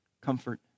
comfort